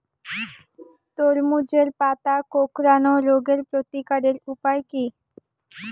তরমুজের পাতা কোঁকড়ানো রোগের প্রতিকারের উপায় কী?